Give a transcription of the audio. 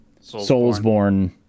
Soulsborn